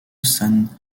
san